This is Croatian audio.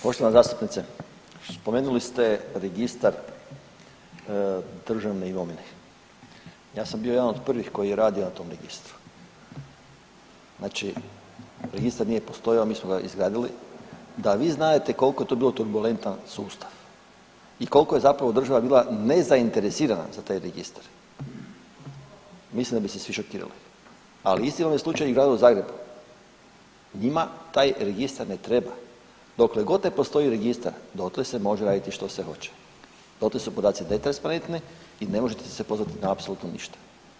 Poštovana zastupnice, spomenuli ste Registar državne imovine, ja sam bio jedan od prvih koji je radio na tom registru, znači registar nije postojao, a mi smo ga izgradili, da vi znadete kolko je to bio turbulentan sustav i kolko je zapravo država bila nezainteresirana za taj registar, mislim da bi se svi šokirali, ali isti ovaj slučaj je i u Gradu Zagrebu, njima taj registar ne treba, dokle god ne postoji registar dotle se može raditi što se hoće, dotle su podaci netransparentni i ne možete se pozvati na apsolutno ništa.